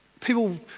people